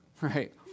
right